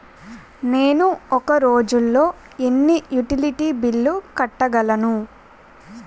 నేను ఒక రోజుల్లో ఎన్ని యుటిలిటీ బిల్లు కట్టగలను?